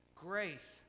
Grace